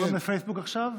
איך קוראים לפייסבוק עכשיו?